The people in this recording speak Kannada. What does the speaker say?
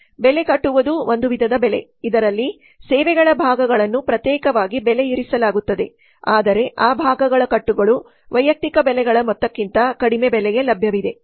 ಬೆಲೆ ಕಟ್ಟುವುದು ಒಂದು ವಿಧದ ಬೆಲೆ ಇದರಲ್ಲಿ ಸೇವೆಗಳ ಭಾಗಗಳನ್ನು ಪ್ರತ್ಯೇಕವಾಗಿ ಬೆಲೆಯಿರಿಸಲಾಗುತ್ತದೆ ಆದರೆ ಆ ಭಾಗಗಳ ಕಟ್ಟುಗಳು ವೈಯಕ್ತಿಕ ಬೆಲೆಗಳ ಮೊತ್ತಕ್ಕಿಂತ ಕಡಿಮೆ ಬೆಲೆಗೆ ಲಭ್ಯವಿದೆ